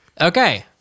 Okay